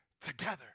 together